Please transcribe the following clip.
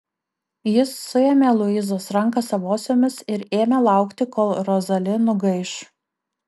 jis suėmė luizos ranką savosiomis ir ėmė laukti kol rozali nugaiš